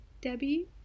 Debbie